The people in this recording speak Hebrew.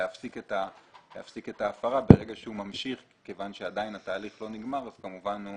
להפסיק את ההפרה ברגע שהוא ממשיך כיוון שעדיין התהליך לא נגמר וכמובן הוא